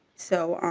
so